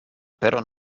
però